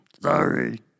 Sorry